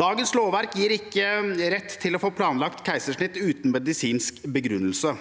Dagens lovverk gir ikke rett til å få planlagt keisersnitt uten medisinsk begrunnelse,